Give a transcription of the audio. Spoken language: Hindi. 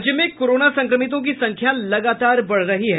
राज्य में कोरोना संक्रमितों की संख्या लगातार बढ़ रही है